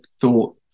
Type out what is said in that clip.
thought